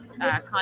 content